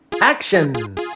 action